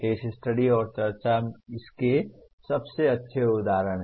case study और चर्चा इसके सबसे अच्छे उदाहरण हैं